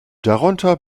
darunter